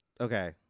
Okay